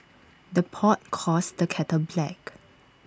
the pot calls the kettle black